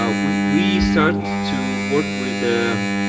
ah we we start to work with